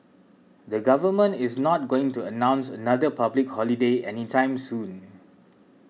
the government is not going to announce another public holiday anytime soon